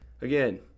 Again